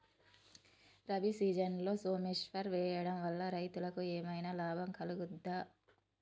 రబీ సీజన్లో సోమేశ్వర్ వేయడం వల్ల రైతులకు ఏమైనా లాభం కలుగుద్ద?